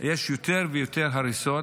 יש יותר ויותר הריסות.